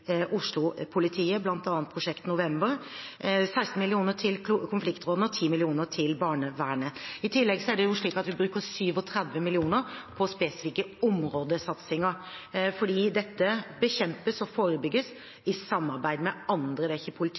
Prosjekt November – 16 mill. kr til konfliktrådene og 10 mill. kr til barnevernet. I tillegg bruker vi 37 mill. kr på spesifikke områdesatsinger, fordi dette bekjempes og forebygges i samarbeid med andre – det er ikke